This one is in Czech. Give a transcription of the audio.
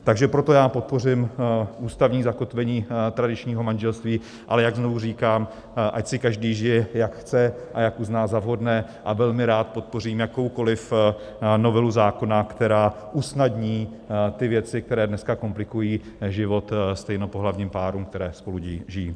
Takže proto já podpořím ústavní zakotvení tradičního manželství, ale jak znovu říkám, ať si každý žije, jak chce a jak uzná za vhodné, a velmi rád podpořím jakoukoli novelu zákona, která usnadní ty věci, které dneska komplikují život stejnopohlavním párům, které spolu žijí.